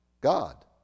God